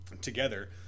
together